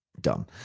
dumb